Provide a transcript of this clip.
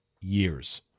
years